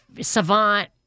savant